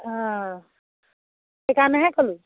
অঁ সেইকাৰণেহে ক'লোঁ